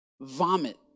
vomit